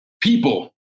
people